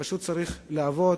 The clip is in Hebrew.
פשוט צריך לעבוד.